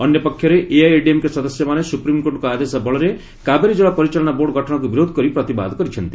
ଅନ୍ୟପକ୍ଷରେ ଏଆଇଏଡିଏମ୍କେ ସଦସ୍ୟମାନେ ସୁପ୍ରିମ୍କୋର୍ଟଙ୍କ ଆଦେଶ ବଳରେ କାବେରୀ ଜଳ ପରିଚାଳନା ବୋର୍ଡ଼ ଗଠନକୁ ବିରୋଧ କରି ପ୍ରତିବାଦ କରିଛନ୍ତି